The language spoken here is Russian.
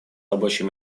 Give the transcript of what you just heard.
рабочий